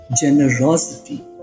generosity